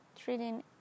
treating